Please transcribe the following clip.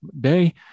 day